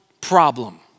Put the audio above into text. problem